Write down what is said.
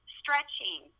stretching